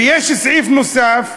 ויש סעיף נוסף,